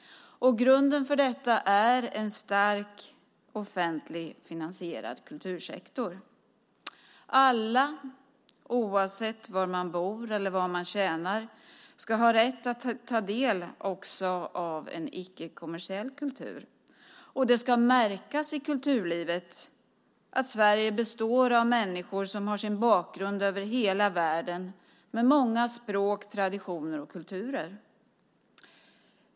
Och grunden för detta är en stark offentligt finansierad kultursektor. Alla, oavsett var man bor eller vad man tjänar, ska ha rätt att ta del också av en icke kommersiell kultur, och det ska märkas i kulturlivet att Sverige består av människor som har sin bakgrund över hela världen med många språk, traditioner och kulturer.